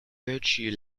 virtue